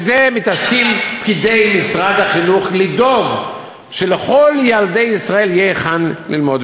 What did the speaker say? בזה מתעסקים פקידי משרד החינוך לדאוג שלכל ילדי ישראל יהיה היכן ללמוד.